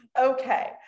Okay